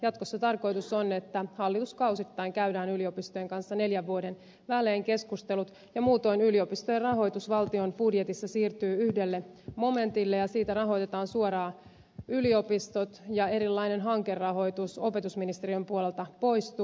jatkossa tarkoitus on että hallituskausittain käydään yliopistojen kanssa neljän vuoden välein keskustelut ja muutoin yliopistojen rahoitus valtion budjetissa siirtyy yhdelle momentille ja siitä rahoitetaan suoraan yliopistot ja erilainen hankerahoitus opetusministeriön puolelta poistuu